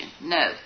No